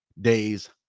days